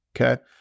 Okay